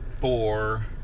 four